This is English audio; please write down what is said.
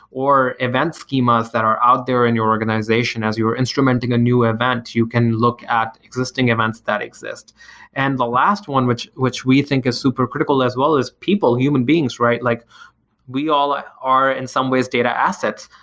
or events schemas that are out there in your organization as you were instrumenting a new event, you can look at existing events that exist and the last one, which which we think is super critical as well as people, human beings, like we all ah are in some ways data assets.